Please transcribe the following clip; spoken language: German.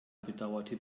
bedauerte